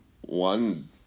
one –